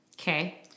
Okay